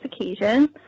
occasion